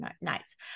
nights